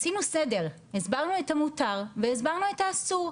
עשינו סדר, הסברנו את המותר והסברנו את האסור.